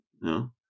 no